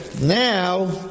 now